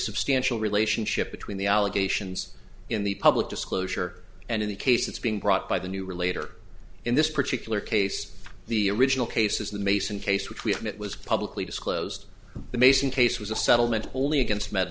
substantial relationship between the allegations in the public disclosure and in the case that's being brought by the new relator in this particular case the original cases the mason case which we have it was publicly disclosed the mason case was a settlement only against med